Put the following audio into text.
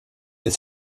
ist